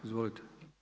Izvolite.